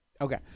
Okay